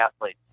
athletes